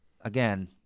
again